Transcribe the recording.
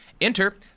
Enter